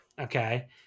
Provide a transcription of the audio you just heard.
Okay